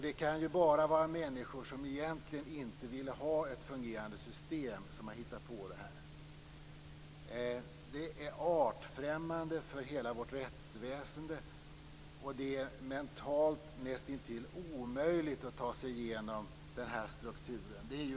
Det kan bara vara människor som egentligen inte vill ha ett fungerande system som har hittat på det här. Det är artfrämmande för hela vårt rättsväsende, och det är mentalt nästintill omöjligt att ta sig igenom den här strukturen.